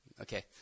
Okay